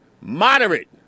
Moderate